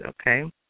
okay